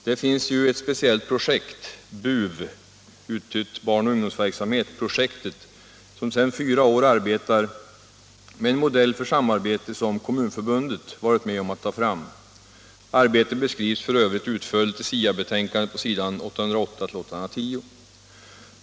Där finns ju ett speciellt projekt, BUV-projektet — barnoch ungdomsverksamhetsprojektet — som sedan fyra år arbetar med en modell för samarbete som Kommunförbundet varit med om att ta fram. Arbetet beskrivs f.ö. utförligt i SIA-betänkandet på s. 808-810.